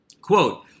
Quote